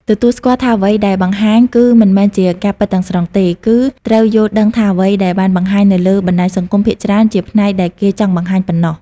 ទទួលស្គាល់ថាអ្វីដែលបង្ហាញគឺមិនមែនជាការពិតទាំងស្រុងទេ គឺត្រូវយល់ដឹងថាអ្វីដែលបានបង្ហាញនៅលើបណ្ដាញសង្គមភាគច្រើនជាផ្នែកដែលគេចង់បង្ហាញប៉ុណ្ណោះ។